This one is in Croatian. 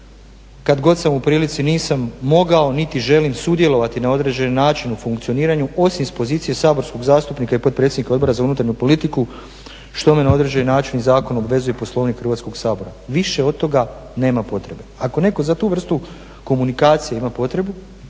Kad god sam u prilici nisam mogao niti želim sudjelovati na određeni način u funkcioniranju, osim s pozicije saborskog zastupnika i potpredsjednika Odbora za unutarnju politiku što me na određeni način i zakon obvezuje i Poslovnik Hrvatskoga sabora. Više od toga nema potrebe. Ako netko za tu vrstu komunikacije ima potrebu